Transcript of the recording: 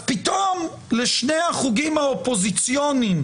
אז פתאום לשני החוגים האופוזיציוניים